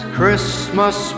christmas